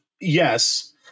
yes